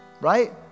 right